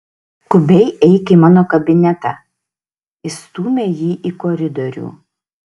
skubiai eik į mano kabinetą išstūmė jį į koridorių